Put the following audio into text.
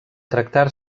tractar